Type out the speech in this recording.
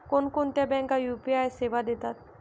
कोणकोणत्या बँका यू.पी.आय सेवा देतात?